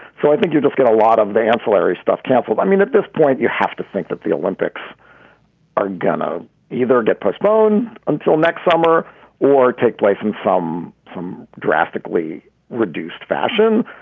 so i think you don't get a lot of the ancillary stuff, carful. i mean, at this point you have to think that the olympics are gonna either get postponed until next summer or take place in some form drastically reduced fashion.